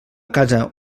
casa